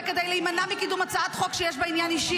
וכדי להימנע מקידום הצעת חוק שיש בה עניין אישי,